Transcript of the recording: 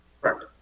Correct